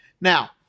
Now